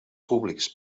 públics